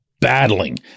battling